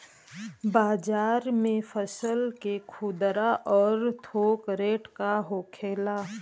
बाजार में फसल के खुदरा और थोक रेट का होखेला?